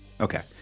Okay